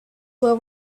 what